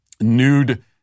nude